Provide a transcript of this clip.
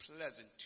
pleasant